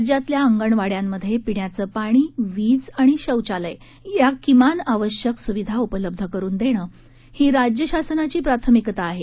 राज्यातल्या अंगणवाङ्यांमध्ये पिण्याचं पाणी वीज आणि शौचालय या किमान आवश्यक सुविधा उपलब्ध करून देणं ही राज्य शासनाची प्राथमिकता आहे